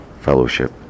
Fellowship